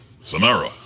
Samara